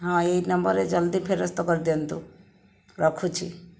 ହଁ ଏହି ନମ୍ବରରେ ଜଲ୍ଦି ଫେରସ୍ତ କରିଦିଅନ୍ତୁ ରଖୁଛି